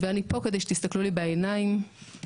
אני פה כדי שתסתכלו לי בעיניים ושלא